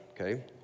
okay